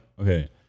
okay